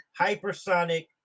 Hypersonic